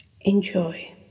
Enjoy